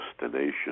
destination